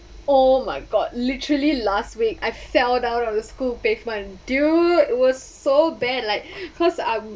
oh my god literally last week I fell down on the school pavement dude it was so bad like cause I'm